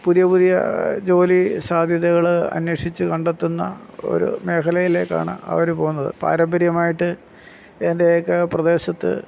പുതിയ പുതിയ ജോലി സാധ്യതകള് അന്വേഷിച്ചു കണ്ടെത്തുന്ന ഒരു മേഖലയിലേക്കാണ് അവര് പോന്നത് പാരമ്പര്യമായിട്ട് എൻ്റെ ഒക്കെ പ്രദേശത്ത്